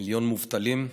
כמיליון מובטלים,